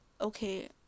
okay